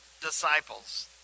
disciples